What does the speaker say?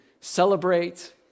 celebrate